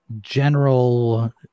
general